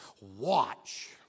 watch